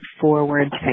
forward